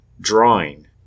drawing